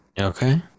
Okay